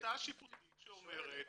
החלטה שיפוטית שאומרת